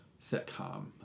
sitcom